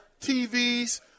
TVs